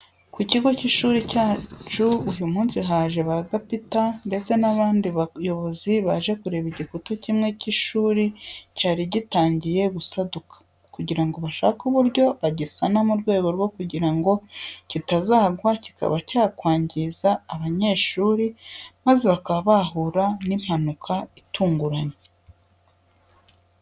Ku kigo cy'ishuri cyacu uyu munsi haje ba gapita ndetse n'abandi bayobozi baje kureba igikuta kimwe cy'ishuri cyari gitangiye gusaduka, kugira ngo bashake uburyo bagisana mu rwego rwo kugira ngo kitazagwa kikaba cyakwangiza abanyeshuri maze bakaba bahura n'impanuka itunguranye.